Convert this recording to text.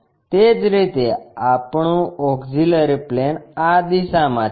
તે જ રીતે આપણું ઓક્ષીલરી પ્લેન આ દિશામાં છે